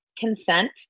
consent